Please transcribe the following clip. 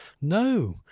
No